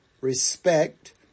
respect